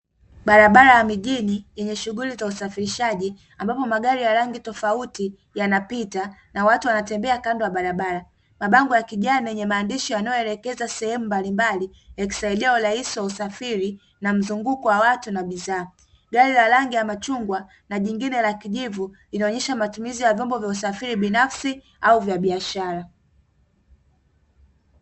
Barabara ya mijini yenye shughuli za usafirishaji ambapo magari ya rangi tofauti yanapita na watu wanatembea kando ya barabara, mabango ya kijani yenye maandishi yanayoelekeza sehemu mbalimbali yakisaidia urahisi wa usafiri na mzunguko wa watu na bidhaa. Gari la rangi ya machungwa na jingine la kijivu linaonyesha matumizi ya vyombo vya usafiri binafsi au vya biashara.